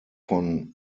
von